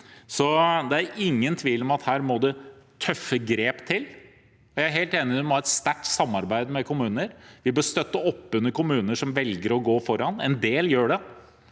Det er ingen tvil om at her må det tøffe grep til. Jeg er helt enig i at vi må ha et sterkt samarbeid med kommuner. Vi bør støtte opp under kommuner som velger å gå foran – en del gjør det.